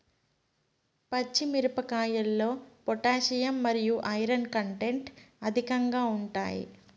పచ్చి మిరపకాయల్లో పొటాషియం మరియు ఐరన్ కంటెంట్ అధికంగా ఉంటాయి